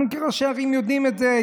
אנחנו כראשי ערים יודעים את זה,